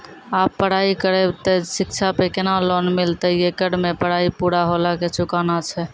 आप पराई करेव ते शिक्षा पे केना लोन मिलते येकर मे पराई पुरा होला के चुकाना छै?